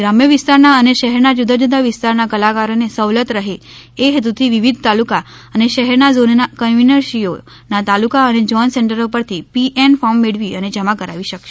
ગ્રામ્ય વિસ્તારના અને શહેરના જુદા જુદા વિસ્તારના કલાકારોને સવલત રહે એ હેતુથી વિવિધ તાલુકા અને શહેરના ઝોન ના કન્વીનરશ્રીઓ ના તાલુકા અને ઝોન સેન્ટરો પરથી પીએન ફોર્મ મેળવી અને જમા કરવી શકશે